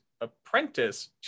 apprentice